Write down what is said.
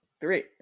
Three